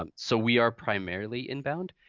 um so, we are primarily inbound.